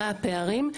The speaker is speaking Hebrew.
מה הפערים.